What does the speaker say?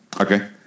okay